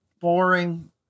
boring